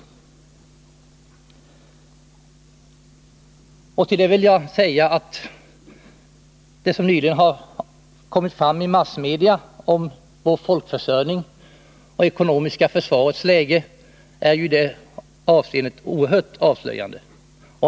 Till det sistnämnda vill jag säga att det som nyligen har kommit fram i massmedia om vår folkförsörjning och läget i fråga om det ekonomiska försvaret är i det avseendet oerhört avslöjande.